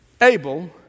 Abel